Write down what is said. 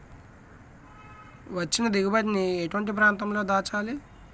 వచ్చిన దిగుబడి ని ఎటువంటి ప్రాంతం లో దాచాలి?